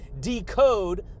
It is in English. decode